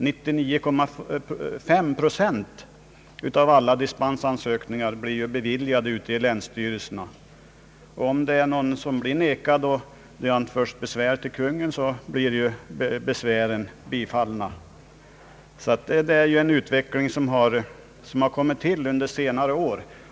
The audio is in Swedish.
Av alla dessa ansökningar bifalles ju 99,5 procent ute i länsstyrelserna, och om någon får avslag och anför besvär hos Konungen blir besvären bifallna. Den utvecklingen har ägt rum under senare år.